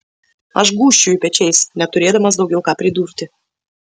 aš gūžčioju pečiais neturėdamas daugiau ką pridurti